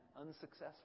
Unsuccessful